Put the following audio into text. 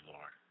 Lord